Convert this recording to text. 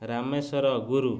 Rameswar Guru